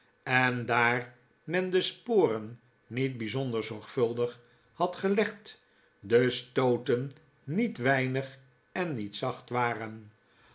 en daar men de sporen niet bijzonder zorgvuldig had gelegd de stooten niet weinig en niet zacht waren